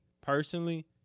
personally